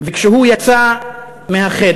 וכשהוא יצא מהחדר,